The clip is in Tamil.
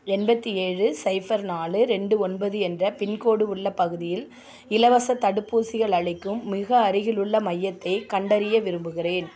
எண்பத்தி ஏழு ஸைபர் நாலு ரெண்டு ஒன்பது என்ற பின்கோடு உள்ள பகுதியில் இலவசத் தடுப்பூசிகள் அளிக்கும் மிக அருகிலுள்ள மையத்தைக் கண்டறிய விரும்புகிறேன்